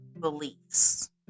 beliefs